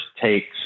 takes